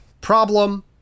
problem